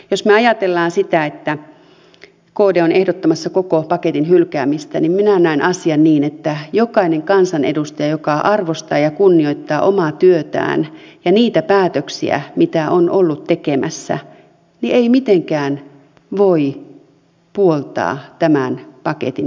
jos me ajattelemme sitä että kd on ehdottamassa koko paketin hylkäämistä niin minä näen asian niin että kukaan kansanedustaja joka arvostaa ja kunnioittaa omaa työtään ja niitä päätöksiä mitä on ollut tekemässä ei mitenkään voi puoltaa tämän paketin hyväksymistä